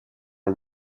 are